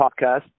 podcast